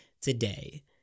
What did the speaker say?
today